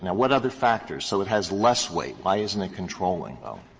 what other factors? so it has less weight. why isn't it controlling, though?